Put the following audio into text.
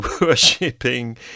worshipping